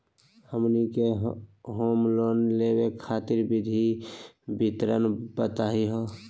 हमनी के home loan लेवे खातीर विधि के विवरण बताही हो?